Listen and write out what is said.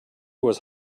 was